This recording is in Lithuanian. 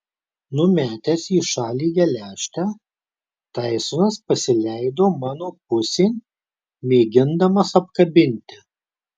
numetęs į šalį geležtę taisonas pasileido mano pusėn mėgindamas apkabinti